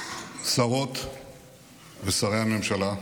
שרות ושרי הממשלה,